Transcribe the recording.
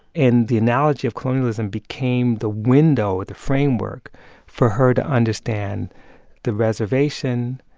and the analogy of colonialism became the window or the framework for her to understand the reservation,